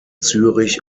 zürich